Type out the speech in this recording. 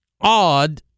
odd